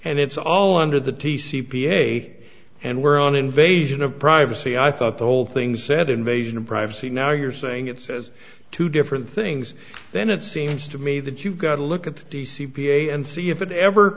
and it's all under the t c p a and we're an invasion of privacy i thought the whole thing said invasion of privacy now you're saying it says two different things then it seems to me that you've got to look at the c p a and see if it ever